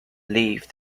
leafed